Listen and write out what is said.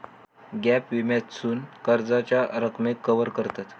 gap विम्यासून कर्जाच्या रकमेक कवर करतत